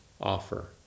offer